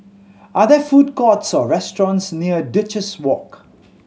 are there food courts or restaurants near Duchess Walk